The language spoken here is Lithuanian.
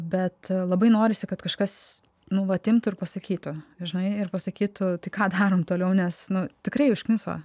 bet labai norisi kad kažkas nu vat imtų ir pasakytų žinai ir pasakytų tai ką darom toliau nes nu tikrai užkniso